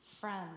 friends